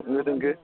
होंगो दोंगो